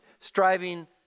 striving